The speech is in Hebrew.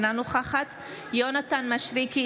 אינה נוכחת יונתן מישרקי,